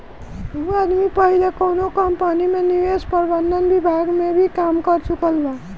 उ आदमी पहिले कौनो कंपनी में निवेश प्रबंधन विभाग में भी काम कर चुकल बा